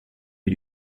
wie